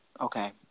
okay